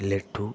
laddu